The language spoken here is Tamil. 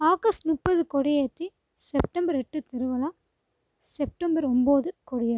ஆகஸ்ட் முப்பது கொடியேத்தி செப்டம்பர் எட்டு திருவிழா செப்டம்பர் ஒன்பது கொடியேற்றம்